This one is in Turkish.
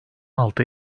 altı